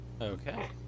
Okay